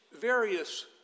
various